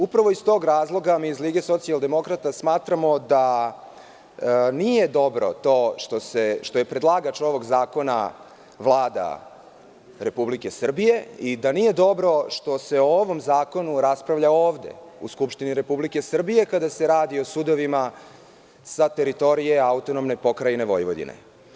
Upravo iz tog razloga mi iz Lige socijaldemokrata smatramo da nije dobro to što je predlagač ovog zakona Vlada Republike Srbije i da nije dobro što se o ovom zakonu raspravlja ovde u Skupštini Republike Srbije, kada se radi o sudovima sa teritorije AP Vojvodine.